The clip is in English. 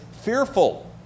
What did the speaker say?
fearful